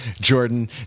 Jordan